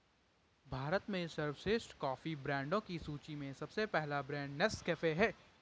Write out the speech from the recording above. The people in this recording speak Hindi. भारत में सर्वश्रेष्ठ कॉफी ब्रांडों की सूची में सबसे पहला ब्रांड नेस्कैफे है